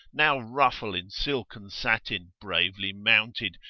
now ruffle in silk and satin, bravely mounted,